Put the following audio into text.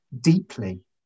deeply